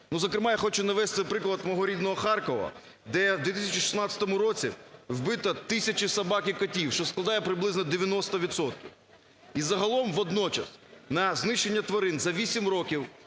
Ну, зокрема, я хочу навести приклад мого рідного Харкова, де в 2016 році вбито тисячі собак і котів, що складає приблизно 90 відсотків. І загалом водночас на знищення тварин за 8 років